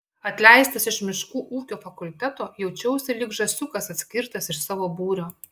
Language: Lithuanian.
atleistas iš miškų ūkio fakulteto jaučiausi lyg žąsiukas atskirtas iš savo būrio